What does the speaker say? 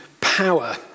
power